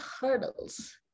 hurdles